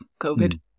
COVID